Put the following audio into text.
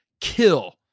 kill